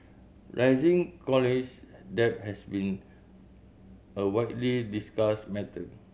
rising college debt has been a widely discussed matter